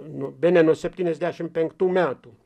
nu bene nuo septyniasdešimt penktų metų